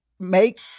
make